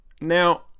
Now